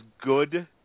good